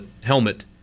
helmet